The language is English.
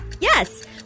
Yes